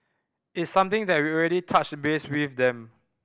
it's something that we've already touched base with them